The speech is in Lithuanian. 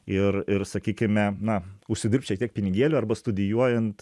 ir ir sakykime na užsidirbt šiek tiek pinigėlių arba studijuojant